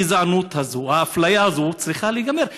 הגזענות הזאת, האפליה הזאת צריכה להיגמר.